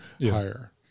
higher